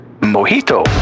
Mojito